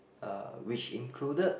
uh which included